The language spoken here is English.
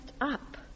up